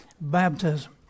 baptism